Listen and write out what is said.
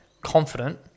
confident